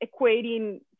equating